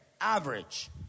Average